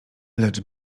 lecz